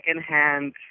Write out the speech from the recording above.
secondhand